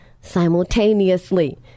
simultaneously